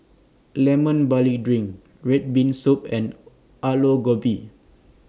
Lemon Barley Drink Red Bean Soup and Aloo Gobi